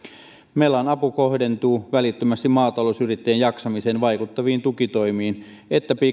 melan apu kohdentuu sekä välittömästi maatalousyrittäjien jaksamiseen vaikuttaviin tukitoimiin että